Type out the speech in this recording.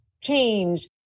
change